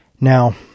Now